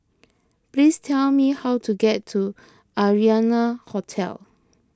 please tell me how to get to Arianna Hotel